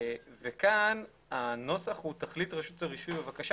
כאן הנוסח אומר תחליט רשות הרישוי בבקשה